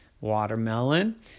watermelon